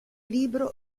libro